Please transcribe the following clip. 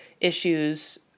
issues